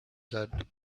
said